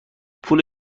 پول